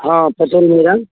हँ पटेल मैदान